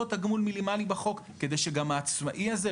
תגמול מינימלי בחוק כדי שגם העצמאי הזה,